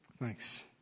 Thanks